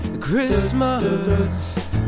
Christmas